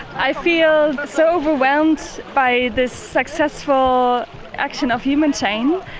i feel so overwhelmed by this successful action of human chain,